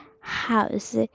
house